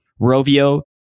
Rovio